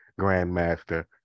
Grandmaster